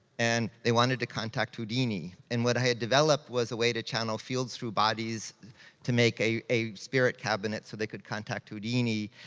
and they wanted to contact houdini. and what i had developed was a way to channel fields through bodies to make a a spirit cabinet so they could contact houdini.